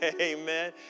Amen